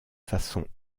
façon